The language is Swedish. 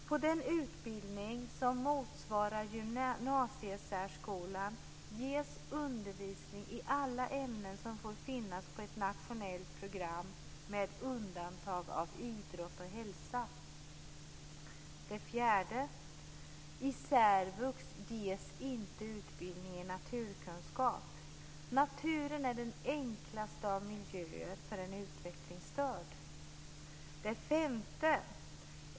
På den utbildning som motsvarar gymnasiesärskolan ges undervisning i alla ämnen som får finnas på ett nationellt program med undantag av idrott och hälsa. Naturen är den enklaste av miljöer för en utvecklingsstörd. 5.